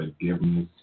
forgiveness